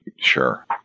Sure